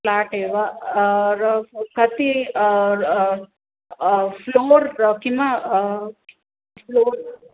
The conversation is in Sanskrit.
फ़्लेट् एव कति फ़्लोर् किं फ़्लोर्